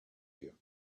you